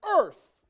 earth